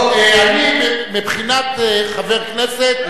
מבחינת חבר כנסת,